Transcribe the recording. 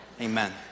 amen